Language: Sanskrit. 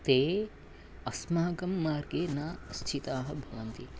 ते अस्माकं मार्गे न स्थिताः भवन्ति